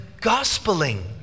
gospeling